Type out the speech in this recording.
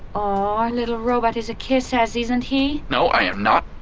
our little robot is a kiss ass, isn't he? no, i am not!